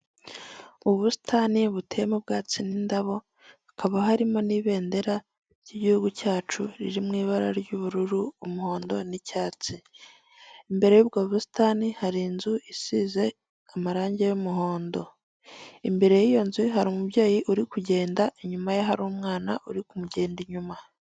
Inzu igeretse inshuro nyinshi aho ifite ibirahure by'umukara ndetse isize amabara y'umuhondo ndetse n'umweru, aho hariho icyapa cyanditseho agaciro, imbere yaho hari ibiti ndetse na jaride, aho iyo nzu itangirwamo serivise zitandukanye.